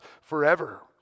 forever